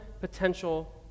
potential